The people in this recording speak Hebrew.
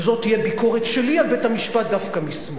וזאת תהיה ביקורת שלי על בית-המשפט דווקא משמאל: